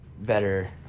better